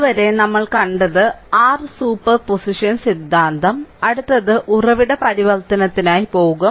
ഇതുവരെ നമ്മൾ കണ്ടത് r സൂപ്പർ പൊസിഷൻ സിദ്ധാന്തം അടുത്തത് ഉറവിട പരിവർത്തനത്തിനായി പോകും